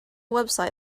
website